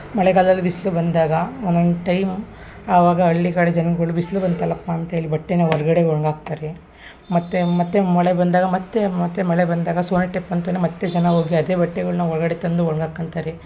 ಮಳೆಗಾಲ್ದಲ್ಲಿ ಬಿಸ್ಲು ಬಂದಾಗ ಒಂದೊಂದು ಟೈಮ್ ಆವಾಗ ಹಳ್ಳಿ ಕಡೆ ಜನ್ಗಳು ಬಿಸ್ಲು ಬಂತಲ್ಲಪ್ಪ ಅಂತ್ಹೇಳಿ ಬಟ್ಟೆನ ಹೊರಗಡೆ ಒಣ್ಗಿ ಹಾಕ್ತಾರೆ ಮತ್ತು ಮತ್ತು ಮಳೆ ಬಂದಾಗ ಮತ್ತು ಮತ್ತು ಮಳೆ ಬಂದಾಗ ಅಂತನ ಮತ್ತು ಜನ ಹೋಗಿ ಅದೇ ಬಟ್ಟೆಗಳ್ನ ಒಳಗಡೆ ತಂದು ಒಣ್ಗಿ ಹಾಕಂತಾರೆ